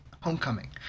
Homecoming